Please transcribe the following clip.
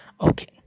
okay